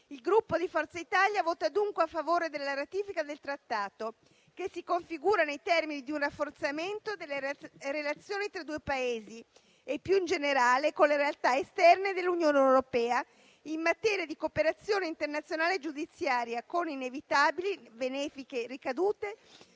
Il Gruppo di Forza Italia vota dunque a favore della ratifica del Trattato, che si configura nei termini di un rafforzamento delle relazioni tra i due Paesi e, più in generale, con le realtà esterne dell'Unione europea in materia di cooperazione internazionale giudiziaria, con inevitabili benefiche ricadute